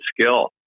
skill